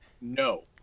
no